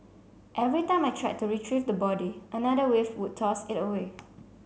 every time I tried to retrieve the body another wave would toss it away